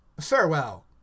farewell